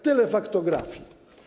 Tyle faktografii.